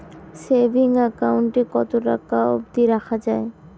Savings account এ কতো টাকা অব্দি রাখা যায়?